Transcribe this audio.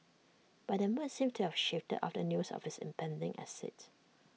but that mood seems to have shifted after news of his impending exit